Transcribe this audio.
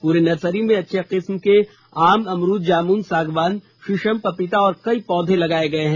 पूरे नर्सरी में अच्छे किस्म के आम अमरूद जामुन सागवान शीशम पपीता और कई पौधे लगाए गए हैं